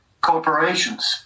corporations